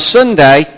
Sunday